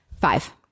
Five